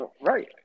right